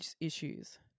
issues